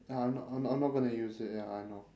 ya I'm not I'm not I'm not gonna use it ya I know